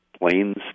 planes